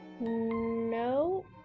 No